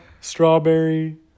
strawberry